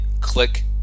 click